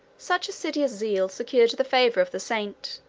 such assiduous zeal secured the favor of the saint,